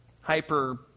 hyper